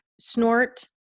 snort